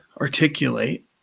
articulate